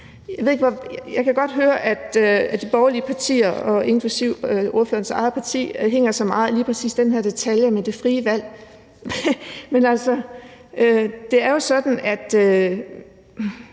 jeg godt høre, at de borgerlige partier, inklusive ordførerens eget parti, hænger sig meget i lige præcis den her detalje med det frie valg. Men det er jo faktisk